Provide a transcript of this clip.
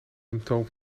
symptoom